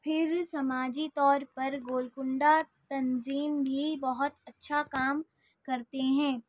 پھر سماجی طور پر گولکنڈہ تنظیم بھی بہت اچھا کام کرتے ہیں